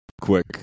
quick